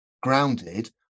grounded